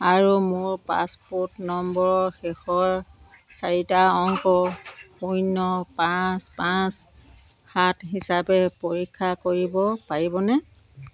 আৰু মোৰ পাছপোৰ্ট নম্বৰৰ শেষৰ চাৰিটা অংক শূন্য পাঁচ পাঁচ সাত হিচাপে পৰীক্ষা কৰিব পাৰিবনে